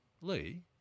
Lee